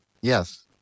Yes